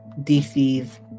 DC's